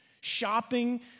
shopping